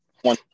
one